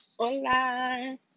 Hola